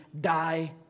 die